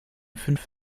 fünf